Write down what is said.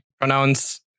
pronounce